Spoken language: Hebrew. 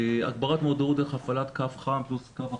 הגברת מודעות דרך הפעלת קו חם פלוס קו החיים.